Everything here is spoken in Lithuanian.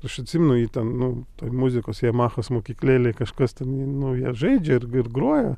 aš atsimenu jį ten nu toj muzikos jamahos mokyklėlėj kažkas ten nu jie žaidžia ir ir groja